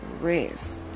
rest